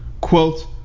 Quote